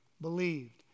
believed